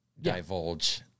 divulge